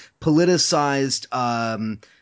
politicized